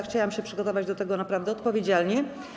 Chciałam przygotować się do tego naprawdę odpowiedzialnie.